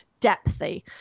depthy